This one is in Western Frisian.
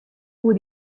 oer